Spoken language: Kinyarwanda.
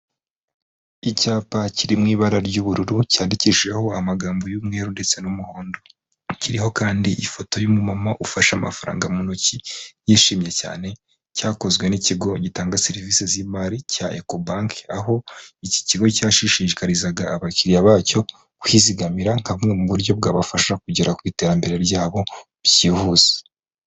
Icyapa kiri mu ibara ry'ubururu cyandikishijeho amagambo y'umweru ndetse n'umuhondo, kiriho kandi ifoto y'umumama ufashe amafaranga mu ntoki yishimye cyane. Cyakozwe n'ikigo gitanga serivise z'imari cya ekobanke, aho iki kigo cyashishikarizaga abakiriya bacyo kwizigamira nka bumwe mu buryo bwabafasha kugera ku iterambere ryabo byihuse.